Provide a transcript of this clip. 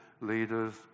leaders